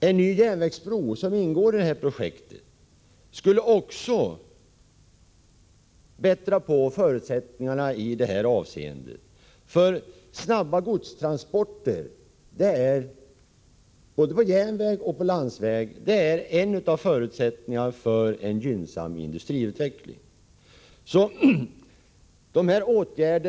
En ny järnvägsbro, som ingår i det här projektet, skulle också förbättra förutsättningarna i detta avseende. Snabba godstransporter, både på järnväg och på landsväg, är en av förutsättningarna för en gynnsam industriutveckling.